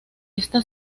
esta